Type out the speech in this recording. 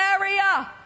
area